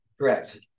Correct